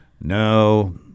No